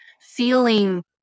feeling